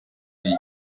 igihe